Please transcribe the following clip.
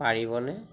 পাৰিবনে